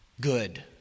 good